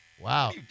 Wow